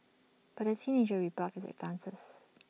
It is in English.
but the teenager rebuffed his advances